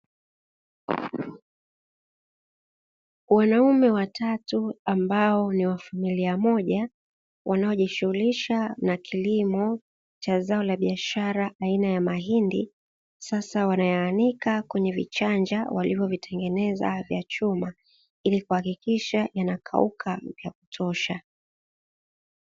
Wanaume watatu ambayo ni wa familia moja wanaojishughulisha na kilimo cha zao la biashara aina ya mahindi, sasa wanayaanika kwenye vichanja walivyovitengenezwa vya chuma ili kuhakikisha yanakauka vya kutosha.